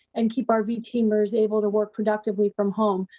and keep our v teamers able to work productively from home.